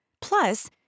Plus